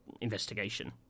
investigation